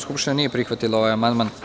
skupština nije prihvatila ovaj amandman.